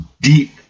deep